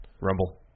Rumble